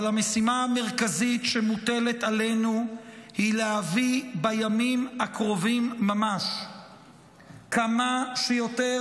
אבל המשימה המרכזית שמוטלת עלינו היא להביא בימים הקרובים ממש כמה שיותר